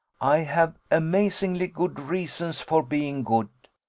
i have amazingly good reasons for being good.